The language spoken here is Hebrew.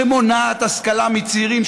שמונעת השכלה מצעירים,